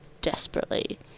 desperately